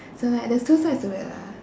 so like there's two sides to it lah